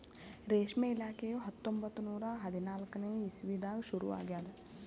ರೇಷ್ಮೆ ಇಲಾಖೆಯು ಹತ್ತೊಂಬತ್ತು ನೂರಾ ಹದಿನಾಲ್ಕನೇ ಇಸ್ವಿದಾಗ ಶುರು ಆಗ್ಯದ್